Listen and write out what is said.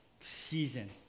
season